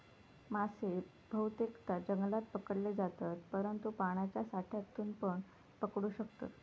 मासे बहुतेकदां जंगलात पकडले जातत, परंतु पाण्याच्या साठ्यातूनपण पकडू शकतत